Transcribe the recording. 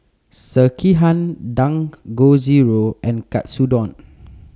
Sekihan Dangojiru and Katsudon